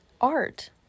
art